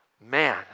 man